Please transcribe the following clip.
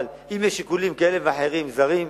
אבל אם יש שיקולים כאלה ואחרים זרים,